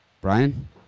Brian